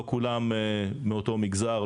לא כולם מאותו מגזר.